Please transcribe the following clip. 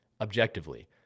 objectively